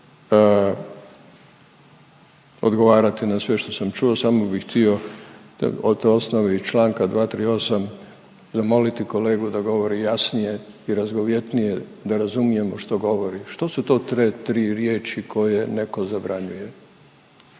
odgovarati na sve što sam čuo, samo bih htio o toj osnovi čl. 238 zamoliti kolegu da govori jasnije i razgovjetnije da razumijemo što govori. Što su to, tre, tri riječi koje netko zabranjuje?